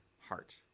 heart